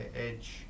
edge